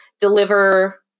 deliver